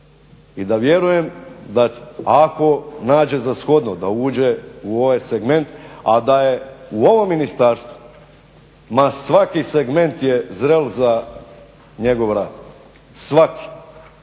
i da vjerujem da ako nađe za shodno da uđe u ovaj segment a da je u ovo ministarstvo ma svaki segment je zreo za njen rad, svaki.